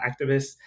activists